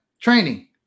Training